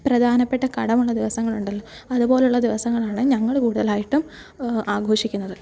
പ്രധാനപ്പെട്ട കടമുള്ള ദിവസങ്ങളുണ്ടല്ലോ അതു പോലെയുള്ള ദിവസങ്ങളാണ് ഞങ്ങൾ കൂടുതലായിട്ടും ആഘോഷിക്കുന്നത്